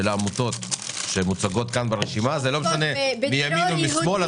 העמותות שמוצגות כאן ברשימה מימין או משמאל,